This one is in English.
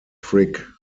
frick